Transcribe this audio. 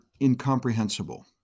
incomprehensible